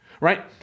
right